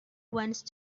once